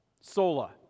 sola